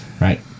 right